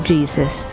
Jesus